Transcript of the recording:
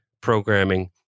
programming